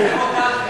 נעשה רוטציה.